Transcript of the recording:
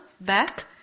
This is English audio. back